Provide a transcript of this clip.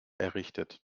errichtet